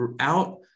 throughout